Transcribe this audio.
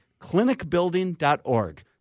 clinicbuilding.org